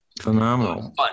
phenomenal